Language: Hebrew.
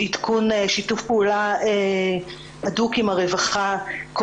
עדכון שיתוף פעולה הדוק עם הרווחה,